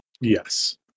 Yes